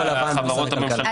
החברות הממשלתיות הרלוונטיות.